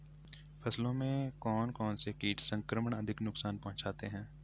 फसलों में कौन कौन से कीट संक्रमण अधिक नुकसान पहुंचाते हैं?